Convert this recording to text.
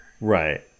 right